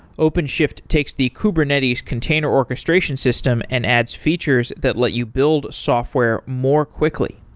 openshift takes the kubernetes container orchestration system and adds features that let you build software more quickly.